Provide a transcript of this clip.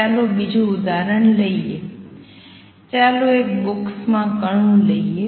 ચાલો બીજું ઉદાહરણ લઈએ ચાલો એક બોક્સમાં કણો લઈએ